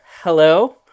Hello